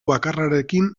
bakarrarekin